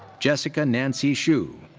jessica nancy xu.